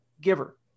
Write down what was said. Giver